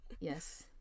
Yes